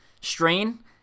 strain